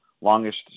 longest